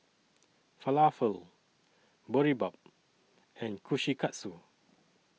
Falafel Boribap and Kushikatsu